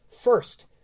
First